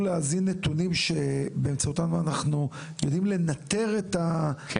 להזין נתונים שבאמצעותם אנחנו יודעים לנטר את ה- --?